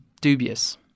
dubious